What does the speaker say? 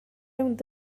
rownd